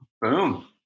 boom